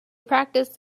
practiced